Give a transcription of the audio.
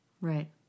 Right